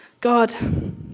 God